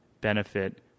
benefit